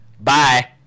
Bye